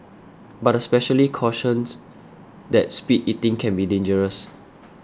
but a specialist cautions that speed eating can be dangerous